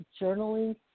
journaling